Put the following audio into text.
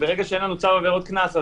שברגע שאין לנו צו עבירות קנס,